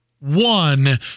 one